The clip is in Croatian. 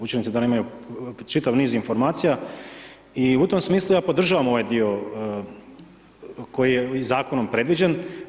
Učenici da nemaju čitav niz informacija i u tom smislu ja podržavam ovaj dio koji je zakonom predviđen.